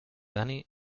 dani